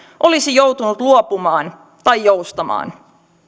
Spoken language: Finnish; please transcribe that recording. olisi joutunut luopumaan tai joustamaan